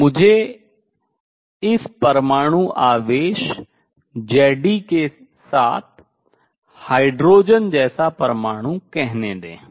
तो मुझे इसे परमाणु आवेश Ze के साथ हाइड्रोजन जैसा परमाणु कहने दें